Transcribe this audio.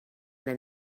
then